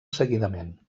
seguidament